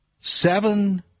seven